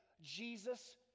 Jesus